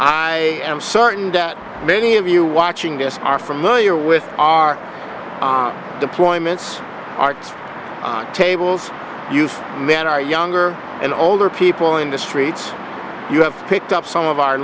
am certain that many of you watching this are familiar with our deployments arts tables you see men are younger and older people in the streets you have picked up some of our